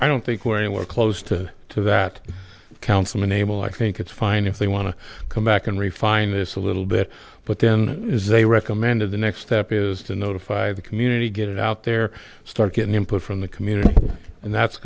i don't think we're anywhere close to to that councilman abel i think it's fine if they want to come back and refine this a little bit but then is they recommended the next step is to notify the community get it out there start getting input from the community and that's